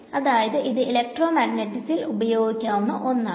അതായത് ഇത് ഇലക്ട്രോമഗ്നറ്റിക്സിൽ ഉപയോഗിക്കാവുന്ന ഒന്നാണ്